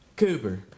Cooper